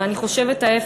ואני חושבת ההפך,